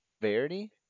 Verity